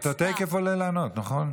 אתה תכף עולה לענות, נכון?